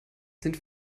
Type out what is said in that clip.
sind